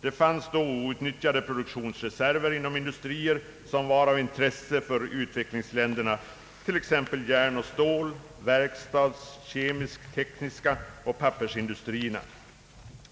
Det fanns då outnyttjade produktionsreserver inom industrier som var av intresse för utvecklingsländerna, t.ex. järnoch stål-, verkstads-, kemisktekniska och pappersindustrierna.